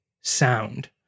sound